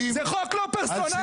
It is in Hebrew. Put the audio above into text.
זה חוק לא פרסונלי,